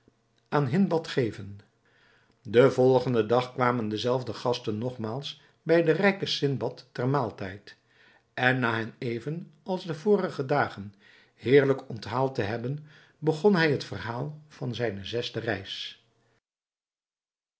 aan hindbad geven den volgenden dag kwamen de zelfde gasten nogmaals bij den rijken sindbad ter maaltijd en na hen even als de vorige dagen heerlijk onthaald te hebben begon hij het verhaal van zijne zesde reis